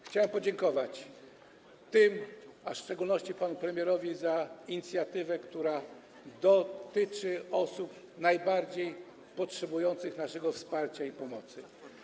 Chciałem podziękować wszystkim, a w szczególności panu premierowi za inicjatywę, która dotyczy osób najbardziej potrzebujących naszego wsparcia i pomocy.